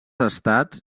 estats